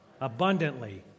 abundantly